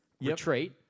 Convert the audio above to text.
retreat